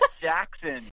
Jackson